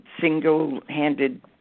single-handed